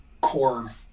core